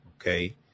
Okay